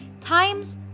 times